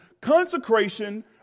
Consecration